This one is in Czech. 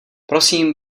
prosím